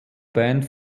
band